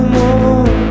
more